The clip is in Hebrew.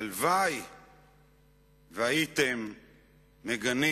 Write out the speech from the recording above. הלוואי שהייתם מגנים